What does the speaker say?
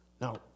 Now